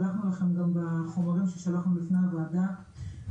שלחנו גם בחומרים ששלחנו לפני הוועדה,